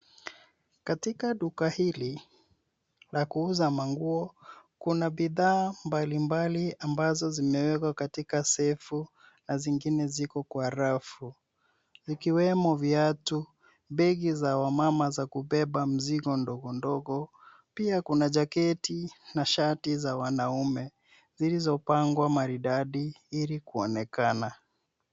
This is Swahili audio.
Katika duka hili la kuuza manguo, kuna bidhaa mbalimbali ambazo zimewekwa katika sefu na zingine ziko kwa rafu. Vikiwemo viatu, begi za wamama za kubeba mzigo ndogo ndogo. Pia kuna jaketi na shati za wanaume zilizopangwa maridadi ili kuonekana.